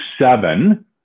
seven